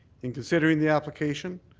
in considering the application,